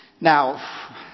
Now